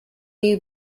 you